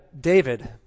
David